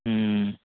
ହୁଁ